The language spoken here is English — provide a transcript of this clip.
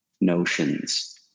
notions